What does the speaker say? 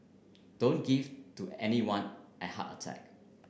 don't give to anyone a heart attack